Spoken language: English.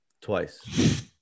twice